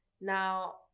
now